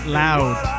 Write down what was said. loud